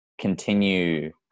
continue